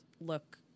look